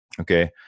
Okay